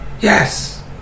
Yes